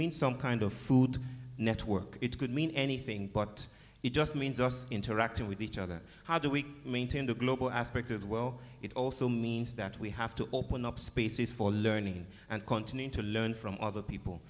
mean some kind of food network it could mean anything but it just means us interacting with each other how do we maintain the global aspect of the world it also means that we have to open up species for learning and to learn from other people